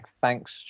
thanks